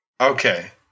Okay